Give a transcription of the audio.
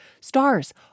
Stars